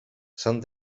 s’han